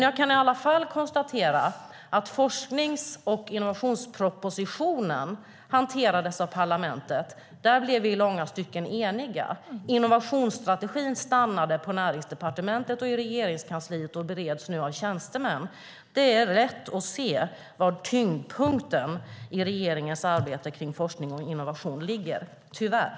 Jag kan i alla fall konstatera att forsknings och innovationspropositionen hanterades av parlamentet. Där blev vi i långa stycken eniga. Innovationsstrategin stannade på Näringsdepartementet och i Regeringskansliet och bereds nu av tjänstemän. Det är lätt att se var tyngdpunkten i regeringens arbete med forskning och innovation ligger - tyvärr.